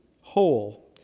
whole